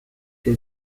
się